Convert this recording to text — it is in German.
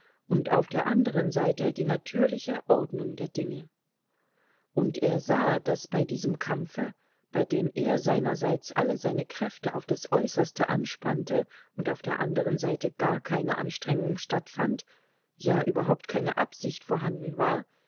und auf der anderen seite die natürliche ordnung der dinge und er sah daß bei diesem kampfe bei dem er seinerseits alle seine kräfte auf das äußerste anspannte und auf der anderen seite gar keine anstrengung stattfand ja überhaupt keine absicht vorhanden war